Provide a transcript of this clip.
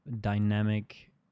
dynamic